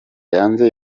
yanze